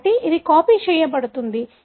కాబట్టి ఇది కాపీ చేయబడుతుంది